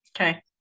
Okay